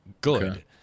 good